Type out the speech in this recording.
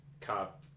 cop